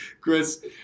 Chris